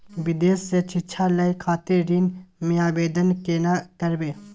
विदेश से शिक्षा लय खातिर ऋण के आवदेन केना करबे?